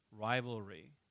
rivalry